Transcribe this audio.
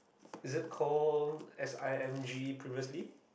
is called s_i_m-G previously